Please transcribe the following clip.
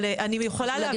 אבל אני יכולה להבין את הטענה.